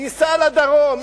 ייסע לדרום.